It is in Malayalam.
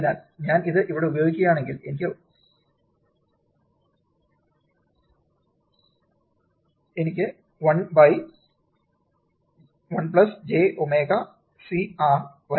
അതിനാൽ ഞാൻ ഇത് ഇവിടെ ഉപയോഗിക്കുകയാണെങ്കിൽ എനിക്ക് 1 1 jω C R ഉണ്ട്